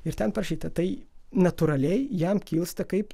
ir ten parašyta tai natūraliai jam kils ta kaip